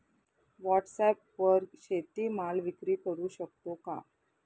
व्हॉटसॲपवर शेती माल विक्री करु शकतो का?